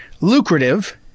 lucrative